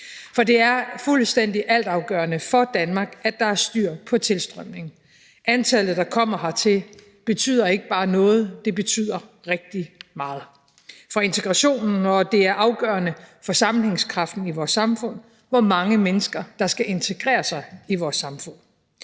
For det er fuldstændig altafgørende for Danmark, at der er styr på tilstrømningen. Antallet af mennesker, der kommer hertil, betyder ikke bare noget, det betyder rigtig meget for integrationen, og det er afgørende for sammenhængskraften i vores samfund, hvor mange mennesker der skal integrere sig i vores samfund.